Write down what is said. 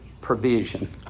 provision